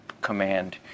Command